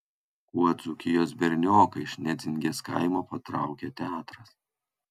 kuo dzūkijos bernioką iš nedzingės kaimo patraukė teatras